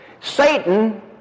Satan